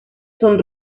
son